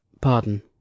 Pardon